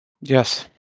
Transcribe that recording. Yes